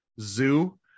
zoo